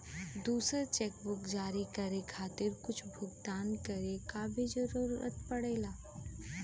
दूसर चेकबुक जारी करे खातिर कुछ भुगतान करे क भी जरुरत पड़ेला